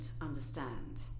understand